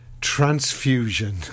transfusion